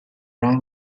raw